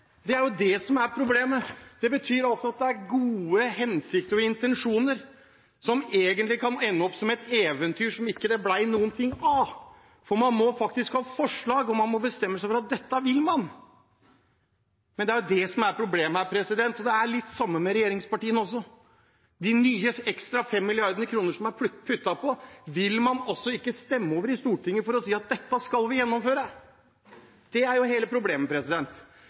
Det er jo det som er problemet. Det betyr altså at det er gode hensikter og intensjoner som egentlig kan ende opp som et eventyr det ikke ble noe av. For man må faktisk ha forslag, og man må bestemme seg for at dette vil man. Det er jo det som er problemet her, og det er litt det samme med regjeringspartiene også. De nye ekstra 5 mrd. kr som er puttet på, vil man altså ikke stemme over i Stortinget for å si at dette skal vi gjennomføre. Det er jo hele problemet.